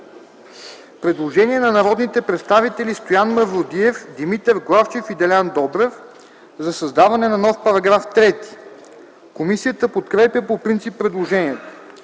предложение на народните представители Стоян Мавродиев, Димитър Главчев и Делян Добрев за създаване на нов § 3. Комисията подкрепя по принцип предложението.